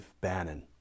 Bannon